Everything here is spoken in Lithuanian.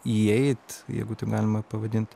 įeit jeigu taip galima pavadint